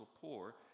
poor